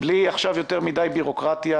בלי יותר מדי בירוקרטיה.